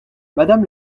madame